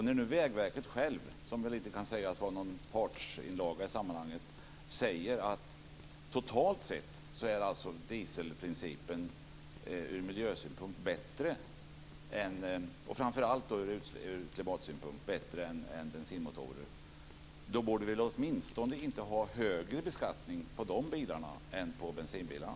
När nu Vägverket självt, som väl inte kan sägas vara en part i sammanhanget, säger att totalt sett är dieselprincipen från miljösynpunkt, och framför allt från klimatsynpunkt, bättre än bensinmotorer, borde vi åtminstone inte ha högre beskattning på de bilarna än på bensinbilarna.